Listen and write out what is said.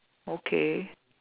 okay